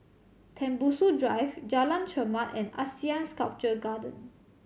Tembusu Drive Jalan Chermat and ASEAN Sculpture Garden